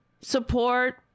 support